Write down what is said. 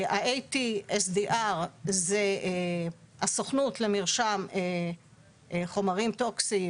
ה- ATSDR זה הסוכנות למרשם חומרים טוקסיים